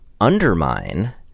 undermine